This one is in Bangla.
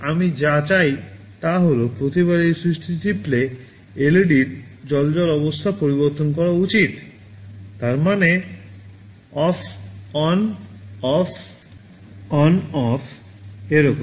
আমি যা চাই তা হল প্রতিবার এই স্যুইচটি টিপলে LED এর জ্বলজ্বল অবস্থা পরিবর্তন করা উচিত তার মানে off on off on off এরকম